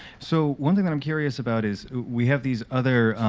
so one thing that i'm curious about is we have these other